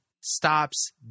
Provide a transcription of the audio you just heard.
stops